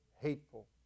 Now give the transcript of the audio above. hateful